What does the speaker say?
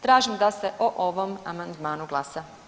Tražim da se o ovom amandmanu glasa.